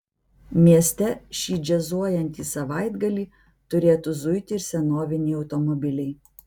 mieste šį džiazuojantį savaitgalį turėtų zuiti ir senoviniai automobiliai